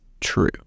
true